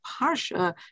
Parsha